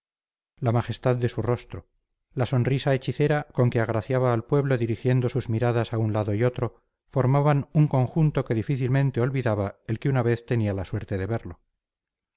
la majestad de su rostro la sonrisa hechicera con que agraciaba al pueblo dirigiendo sus miradas a un lado y otro formaban un conjunto que difícilmente olvidaba el que una vez tenía la suerte de verlo